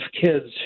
kids